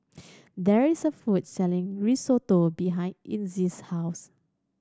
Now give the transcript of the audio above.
there is a food selling Risotto behind Inez's house